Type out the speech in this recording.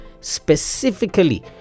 specifically